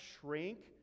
shrink